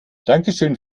dankeschön